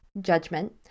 judgment